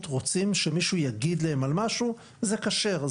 רוצים שמישהו יגיד להם על משהו שזה כשר,